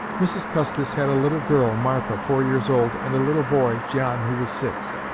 mrs. custis had a little girl, martha, four years old, and a little boy, john, who was six.